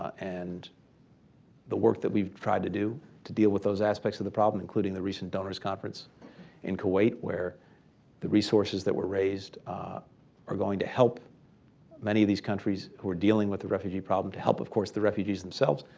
and the work that we've tried to do to deal with those aspects of the problem, including the recent donor's conference in kuwait where the resources that were raised are going to help many of these countries who are dealing with the refugee problem to help of course the refugees themselves,